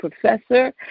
professor